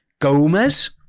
Gomez